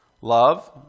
love